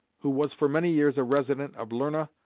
who was for many years a resident of lerna,